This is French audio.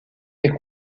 les